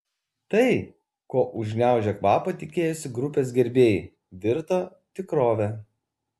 tai ko užgniaužę kvapą tikėjosi grupės gerbėjai virto tikrove